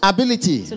Ability